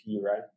right